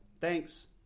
Thanks